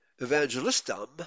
Evangelistum